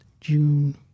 June